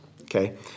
Okay